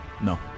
No